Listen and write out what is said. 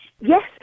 Yes